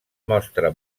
mostra